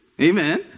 amen